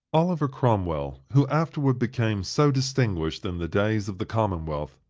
oliver cromwell, who afterward became so distinguished in the days of the commonwealth,